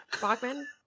Bachman